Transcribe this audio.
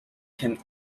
can